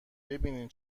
ببینین